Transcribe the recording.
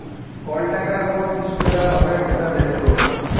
call টাকার উপর কি সুদের হার হবেক সেট দ্যাখাত